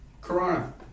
Corona